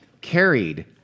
carried